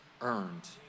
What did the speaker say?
earned